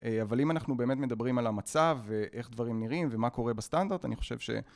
אבל אם אנחנו באמת מדברים על המצב ואיך דברים נראים ומה קורה בסטנדרט, אני חושב ש...